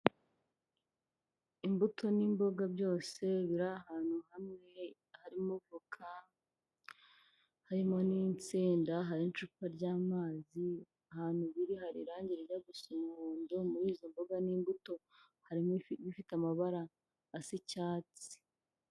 Imbuto n'imboga byose biri ahantu hamwe, harimo voka harimo, n'insenda, hari icupa ry'amazi, ahantu biri hari irangi rijya gusa umuhondo, muri izo mboga n'imbuto harimo ibifite amabara asa icyatsi.